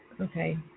Okay